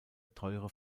teure